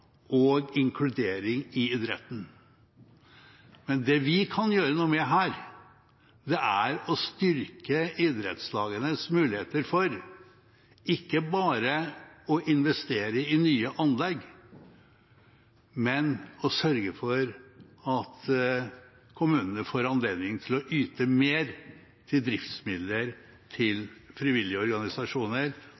og inkludering i idretten. Men det vi kan gjøre noe med her, er å styrke idrettslagenes muligheter for ikke bare å investere i nye anlegg, men å sørge for at kommunene får anledning til å yte mer til driftsmidler til